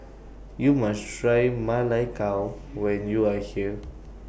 YOU must Try Ma Lai Gao when YOU Are here